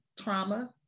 trauma